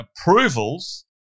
approvals